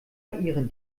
ihren